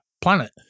planet